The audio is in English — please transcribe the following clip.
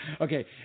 Okay